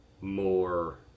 more